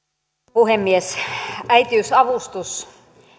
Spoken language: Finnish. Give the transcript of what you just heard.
puhemies äitiysavustus